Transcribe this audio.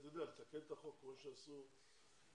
לתקן את החוק כך שתהיה חובה לקבל עולים,